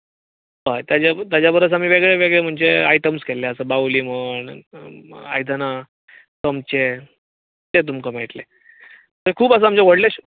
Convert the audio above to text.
ताचेपरस आमी वेगळे वेगळे आयटम केल्ले आसा बावली म्हण आयदनां ते तुमकां मेळटले खूब आसा आमचें व्हडलें